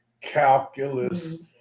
calculus